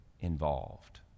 involved